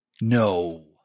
No